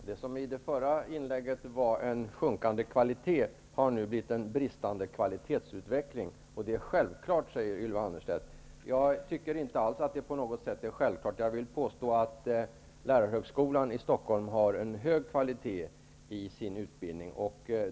Fru talman! Det som i det förra inlägget var en sjunkande kvalitet har nu blivit en bristande kvalitetsutveckling, och det är självklart säger Ylva Annerstedt. Jag tycker inte alls att det på något sätt är självklart. Jag vill påstå att lärarhögskolan i Stockholm har en hög kvalitet i sin utbildning.